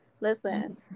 Listen